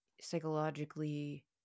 psychologically